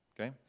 okay